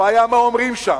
הבעיה היא מה אומרים שם.